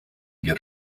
get